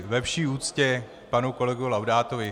Ve vší úctě k panu kolegovi Laudátovi.